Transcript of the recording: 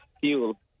fuel